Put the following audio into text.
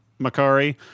Makari